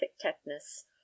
tetanus